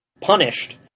punished